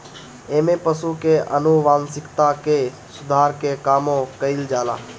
एमे पशु के आनुवांशिकता के सुधार के कामो कईल जाला